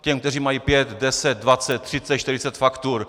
Těm, kteří mají 5, 10, 20, 30, 40 faktur.